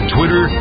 Twitter